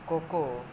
cocoa